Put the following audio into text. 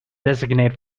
designated